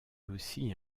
aussi